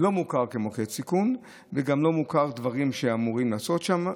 לא מוכר כמוקד סיכון וגם לא מוכרים דברים שאמורים לעשות שם.